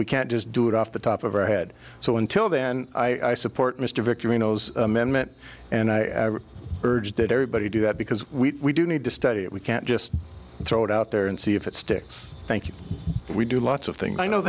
we can't just do it off the top of our head so until then i support mr vickie reno's amendment and i urge that everybody do that because we do need to study it we can't just throw it out there and see if it sticks thank you we do lots of things i know